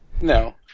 No